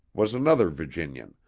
was another virginian,